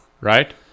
right